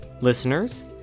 listeners